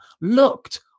looked